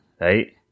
right